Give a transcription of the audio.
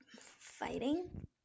Fighting